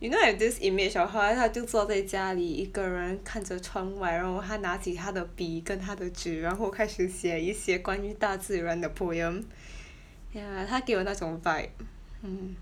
you know I have this image of her hor then 她就坐在家里一个人看着窗外然后她拿起她的笔跟她的纸然后开始写一些关于大自然的 poem ya 她给我那种 vibe mm